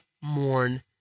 mourn